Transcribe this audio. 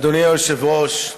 אדוני היושב-ראש,